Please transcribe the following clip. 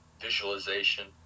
visualization